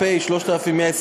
התשע"ו 2015,